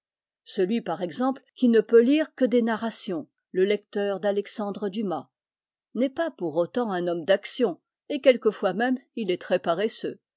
celui par exemple qui ne peut lire que des narrations le lecteur d'alexandre dumas n'est pas pour autant un homme d'action et quelquefois même il est très paresseux